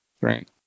Right